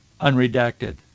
unredacted